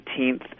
18th